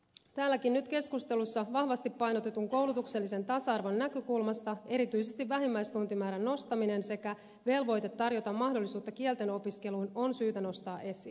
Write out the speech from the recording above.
täälläkin nyt keskustelussa vahvasti painotetun koulutuksellisen tasa arvon näkökulmasta erityisesti vähimmäistuntimäärän nostaminen sekä velvoite tarjota mahdollisuutta kielten opiskeluun on syytä nostaa esiin